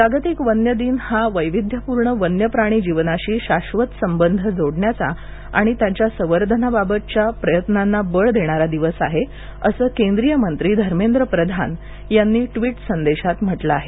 जागतिक वन्यजीव दिन हा वैविध्यपूर्ण वन्य प्राणी जीवनाशी शाश्वत संबंध जोडण्याचा आणि संवर्धानाबाबतच्या प्रयत्नांना बळ देणारा दिवस आहे असं आणि केंद्रीय मंत्री धर्मेंद्र प्रधान यांनी ट्वीट संदेशात म्हटलं आहे